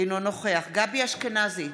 אינו נוכח גבי אשכנזי,